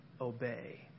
obey